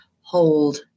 hold